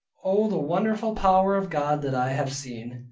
o the wonderful power of god that i have seen,